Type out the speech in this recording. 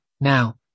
Now